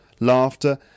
Laughter